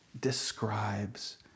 describes